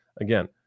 Again